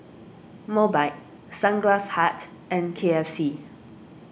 Mobike Sunglass Hut and K F C